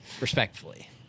Respectfully